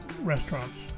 restaurants